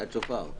מגבלות.